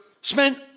spent